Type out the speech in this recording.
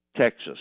texas